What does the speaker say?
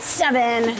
seven